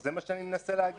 זה מה שאני מנסה להגיד.